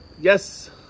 yes